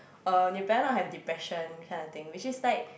um you better not have depression this kind of thing which is like